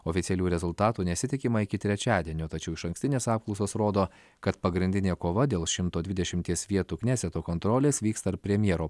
oficialių rezultatų nesitikima iki trečiadienio tačiau išankstinės apklausos rodo kad pagrindinė kova dėl šimto dvidešimties vietų kneseto kontrolės vyksta ir premjero